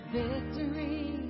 victory